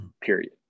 period